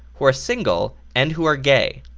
who are single, and who are gay.